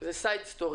זה סיפור משני.